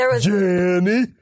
Jenny